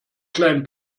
kleinen